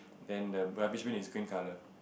then the rubbish bin is green colour